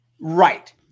right